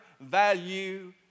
value